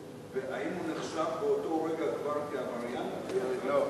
האם הוא נחשב כבר באותו רגע עבריין לפי הצעת החוק?